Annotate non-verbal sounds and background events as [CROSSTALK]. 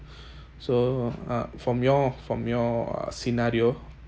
[BREATH] so uh from your from your uh scenario